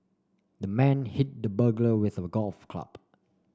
the man hit the burglar with a golf club